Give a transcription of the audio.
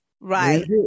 right